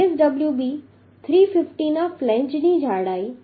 4 છે કારણ કે ISWB 350 ના ફ્લેંજની જાડાઈ 11